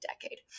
decade